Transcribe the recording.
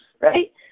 right